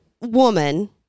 woman